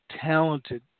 talented